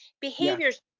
Behaviors